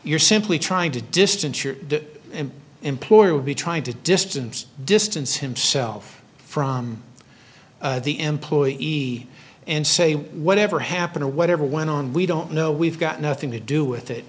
you're simply trying to distance your employer would be trying to distance distance himself from the employee and say whatever happened to whatever went on we don't know we've got nothing to do with it